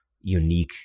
unique